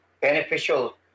beneficial